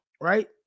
right